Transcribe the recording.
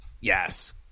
Yes